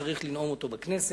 הוא צריך לנאום אותו בכנסת.